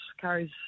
carries